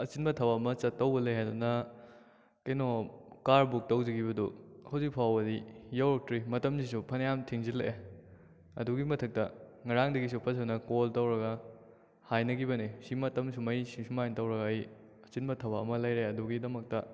ꯑꯆꯤꯟꯕ ꯊꯕꯛ ꯑꯃ ꯆꯠꯇꯧꯕ ꯂꯩ ꯍꯥꯏꯗꯨꯅ ꯀꯩꯅꯣ ꯀꯥꯔ ꯕꯨꯛ ꯇꯧꯖꯈꯤꯕꯗꯨ ꯍꯧꯖꯤꯛ ꯐꯥꯎꯕꯗꯤ ꯌꯧꯔꯛꯇ꯭ꯔꯤ ꯃꯇꯃꯁꯤꯁꯨ ꯐꯅꯌꯥꯝ ꯊꯦꯡꯖꯤꯜꯂꯛꯑꯦ ꯑꯗꯨꯒꯤ ꯃꯊꯛꯇ ꯉꯔꯥꯡꯗꯒꯤꯁꯨ ꯐꯖꯅ ꯀꯣꯜ ꯇꯧꯔꯒ ꯍꯥꯏꯅꯈꯤꯕꯅꯤ ꯁꯤ ꯃꯇꯝ ꯁꯨꯃꯥꯏꯅ ꯁꯤ ꯁꯨꯃꯥꯏꯅ ꯇꯧꯔꯒ ꯑꯩ ꯑꯆꯤꯟꯕ ꯊꯕꯛ ꯑꯃ ꯂꯩꯔꯦ ꯑꯗꯨꯒꯤꯗꯃꯛꯇ